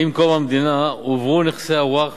עם קום המדינה הועברו נכסי הווקף,